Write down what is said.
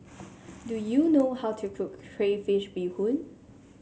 do you know how to cook Crayfish Beehoon